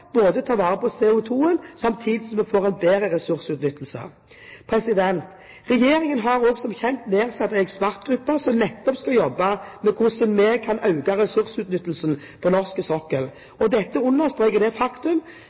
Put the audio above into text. ta vare på CO2, samtidig som vi får en bedre ressursutnyttelse. Regjeringen har, som kjent, også nedsatt en ekspertgruppe som nettopp skal jobbe med hvordan vi kan øke ressursutnyttelsen på norsk sokkel. Dette understreker det faktum